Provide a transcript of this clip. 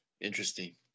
Interesting